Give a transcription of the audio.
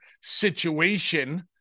situation